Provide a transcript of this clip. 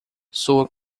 soa